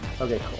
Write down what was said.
Okay